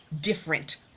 different